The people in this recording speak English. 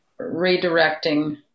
redirecting